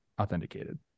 authenticated